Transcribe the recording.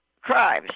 crimes